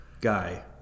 guy